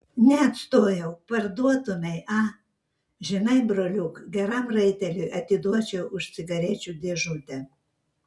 neatstojau parduotumei a žinai broliuk geram raiteliui atiduočiau už cigarečių dėžutę